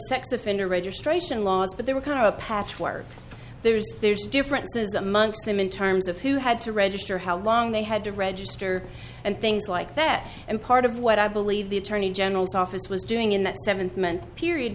sex offender registration laws but they were kind of a patchwork there's there's differences amongst them in terms of who had to register how long they had to register and things like that and part of what i believe the attorney general's office was doing in that seven men period